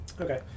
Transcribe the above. okay